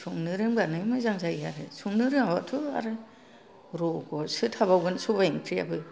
संनो रोंबानो मोजां जायो आरो संनो रोङाबाथ' आरो रग'सो थाबावगोन सबाइ ओंख्रियाबो